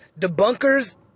debunkers